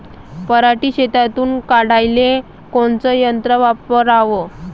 पराटी शेतातुन काढाले कोनचं यंत्र वापराव?